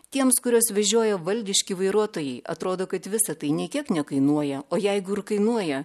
tiems kuriuos vežiojo valdiški vairuotojai atrodo kad visa tai nei kiek nekainuoja o jeigu ir kainuoja